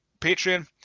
Patreon